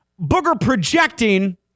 booger-projecting